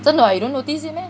真的 [what] you don't notice it meh